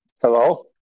Hello